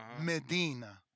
Medina